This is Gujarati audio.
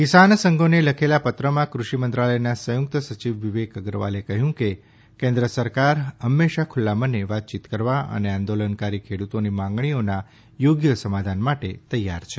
કિસાન સંધોને લખેલા પત્રમાં કૃષિ મંત્રાલયના સંયુક્ત સચિવ વિવેક અગ્રવાલે કહ્યું કે કેન્દ્ર સરકાર હંમેશા ખુલ્લા મને વાતચીત કરવા અને આંદોલનકારી ખેડૂતોની માંગણીઓના યોગ્ય સમાધાન માટે તૈયાર છે